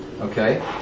Okay